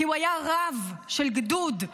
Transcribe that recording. כי הוא היה רב של גדוד.